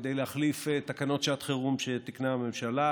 כדי להחליף תקנות שעת חירום שתיקנה הממשלה.